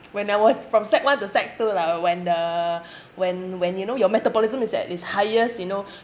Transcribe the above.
when I was from sec one to sec two lah when the when when you know your metabolism is at its highest you know